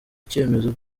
icyemezo